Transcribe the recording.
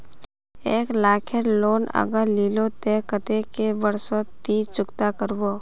एक लाख केर लोन अगर लिलो ते कतेक कै बरश सोत ती चुकता करबो?